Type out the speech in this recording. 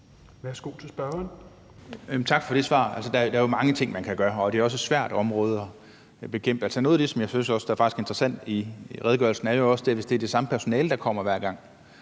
Flydtkjær (DF): Tak for det svar. Der er jo mange ting, man kan gøre, og det er også et svært område at finde løsninger på. Noget af det, som jeg faktisk også synes er interessant er nævnt i redegørelsen, er, at hvis det er det samme personale, der kommer hver gang,